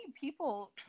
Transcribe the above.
people